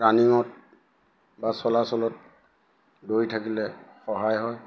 ৰানিঙত বা চলাচলত দৌৰি থাকিলে সহায় হয়